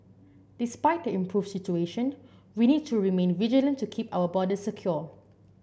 despite the improved situation we need to remain vigilant to keep our border secure